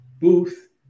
Booth